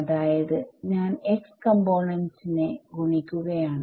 അതായത് ഞാൻ x components നെ ഗുണിക്കുകയാണ്